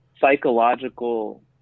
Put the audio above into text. psychological